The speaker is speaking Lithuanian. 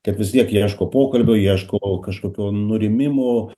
kad vis tiek jie ieško pokalbio jie ieško kažkokio nurimimo